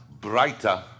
brighter